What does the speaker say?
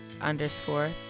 underscore